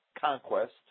conquest